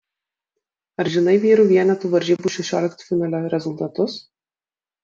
ar žinai vyrų vienetų varžybų šešioliktfinalio rezultatus